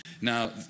Now